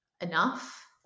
enough